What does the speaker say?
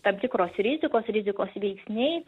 tam tikros rizikos rizikos veiksniai